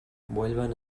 vuelvan